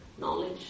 knowledge